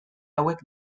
hauek